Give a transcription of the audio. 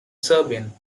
serbian